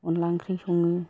अनद्ला ओंख्रि सङो